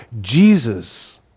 Jesus